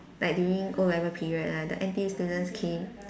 like during O level period ah the N_T_U students came